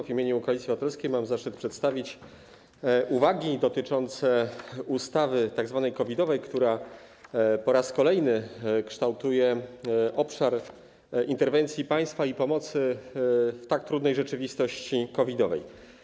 W imieniu Koalicji Obywatelskiej mam zaszczyt przedstawić uwagi dotyczące ustawy tzw. COVID-owej, która po raz kolejny kształtuje obszar interwencji państwa i pomocy w tak trudnej rzeczywistości COVID-owej.